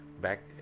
back